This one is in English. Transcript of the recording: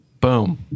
boom